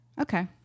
Okay